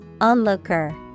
Onlooker